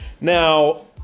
Now